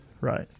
Right